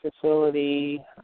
Facility